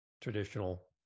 traditional